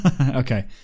Okay